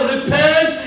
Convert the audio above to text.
Repent